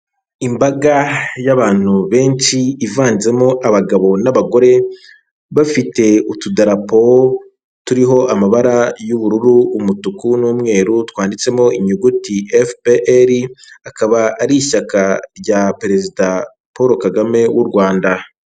Imbaga y'abantu benshi ivanzemo abagabo n'abagore bafite utudarapo turiho amabara y'ubururu, umutuku n'umweru twanditsemo inyuguti FPR, akaba ari ishyaka rya perezida Paul Kagame w'u Rwanda.